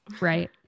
Right